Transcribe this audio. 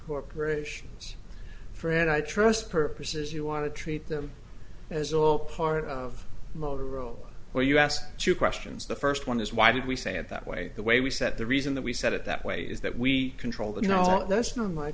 corporations fred i trust purposes you want to treat them as all part of motorola where you ask two questions the first one is why did we say it that way the way we said the reason that we said it that way is that we control the you know that's not my